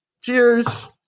Cheers